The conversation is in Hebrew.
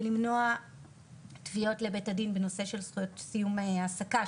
למנוע תביעות לבית הדין בנושא של זכויות סיום העסקה,